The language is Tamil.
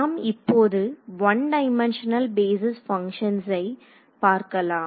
நாம் இப்போது ஒன் டைமென்ஷனல் பேஸிஸ் பங்க்ஷன்ஸை பார்க்கலாம்